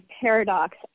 Paradox